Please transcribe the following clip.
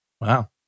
Wow